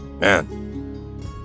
Man